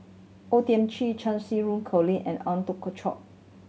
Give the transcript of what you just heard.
O Thiam Chin Cheng Xinru Colin and Eng